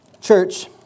church